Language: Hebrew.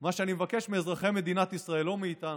מה שאני מבקש מאזרחי מדינת ישראל, לא מאיתנו,